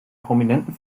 prominenten